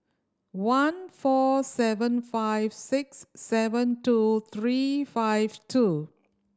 one four seven five six seven two three five two